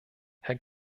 herr